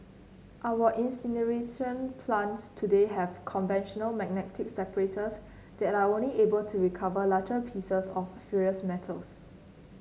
our incineration plants today have conventional magnetic separators that are only able to recover larger pieces of ferrous metals